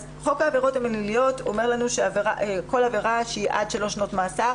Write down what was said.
חוק העבירות הפליליות אומר לנו שכל עבירה שהיא עד שלוש שנות מאסר,